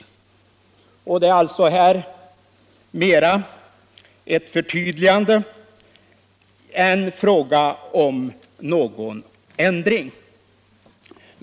Det är alltså mera fråga om ett förtydligande än om någon ändring.